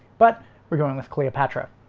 but we're going with cleopatra.